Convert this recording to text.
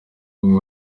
bwo